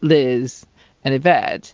liz and yvette